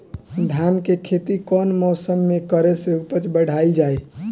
धान के खेती कौन मौसम में करे से उपज बढ़ाईल जाई?